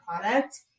product